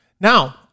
Now